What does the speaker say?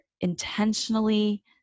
intentionally